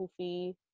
poofy